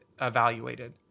evaluated